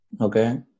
Okay